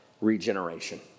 regeneration